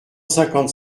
cinquante